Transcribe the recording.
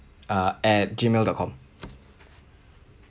uh at Gmail dot com